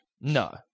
No